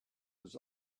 was